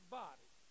body